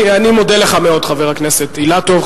אני מודה לך מאוד, חבר הכנסת אילטוב.